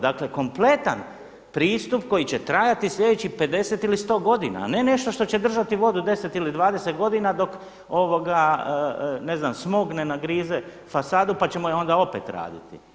Dakle, kompletan pristup koji će trajati sljedećih 50 ili 100 godina, a ne nešto što će držati vodu 10 ili 20 godina dok ne znam smog ne nagrize fasadu, pa ćemo je onda opet raditi.